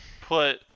Put